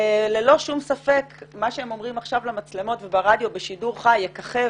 שללא שום ספק מה שהם אומרים עכשיו למצלמות וברדיו בשידור חי יככב,